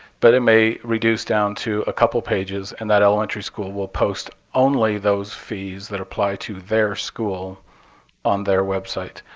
but it may reduce down to a couple of pages, and that elementary school will post only those fees that apply to their school on their website.